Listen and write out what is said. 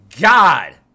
god